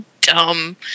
dumb